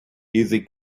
easy